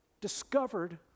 Discovered